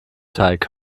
teig